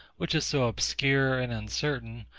which is so obscure and uncertain,